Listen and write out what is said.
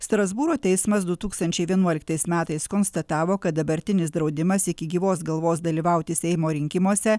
strasbūro teismas du tūkstančiai vienuoliktais metais konstatavo kad dabartinis draudimas iki gyvos galvos dalyvauti seimo rinkimuose